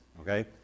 okay